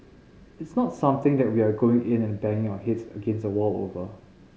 it's not something that we are going in and banging our heads against a wall over